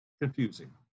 confusing